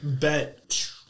bet